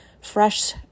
fresh